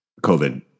COVID